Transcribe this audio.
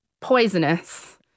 poisonous